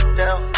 down